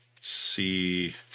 see